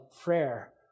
prayer